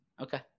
Okay